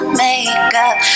makeup